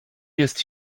jest